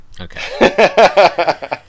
Okay